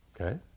okay